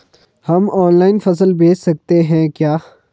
हम ऑनलाइन फसल बेच सकते हैं क्या?